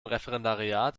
referendariat